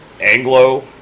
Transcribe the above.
Anglo